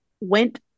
went